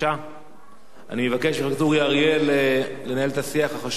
אני אבקש מחבר הכנסת אורי אריאל לנהל את השיח החשוב אולי בחוץ.